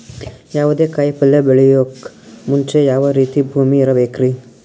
ಯಾವುದೇ ಕಾಯಿ ಪಲ್ಯ ಬೆಳೆಯೋಕ್ ಮುಂಚೆ ಯಾವ ರೀತಿ ಭೂಮಿ ಇರಬೇಕ್ರಿ?